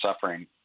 suffering